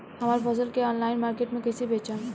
हमार फसल के ऑनलाइन मार्केट मे कैसे बेचम?